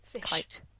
kite